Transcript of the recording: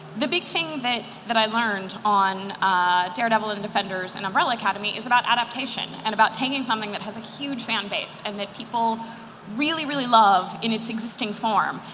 the big thing that that i learned on daredevil and defenders and umbrella academy is about adaptation, and about taking something that has a huge fan base and that people really really love in its existing form,